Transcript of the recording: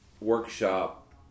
workshop